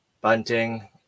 Bunting